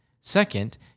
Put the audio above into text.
Second